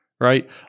right